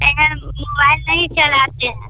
ए हम मोबाइल नहीं चलाते हैं